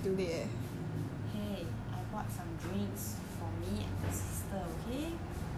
!hey! I bought some drinks for me and your sister okay ungrateful shit